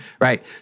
right